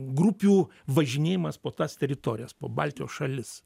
grupių važinėjimas po tas teritorijas po baltijos šalis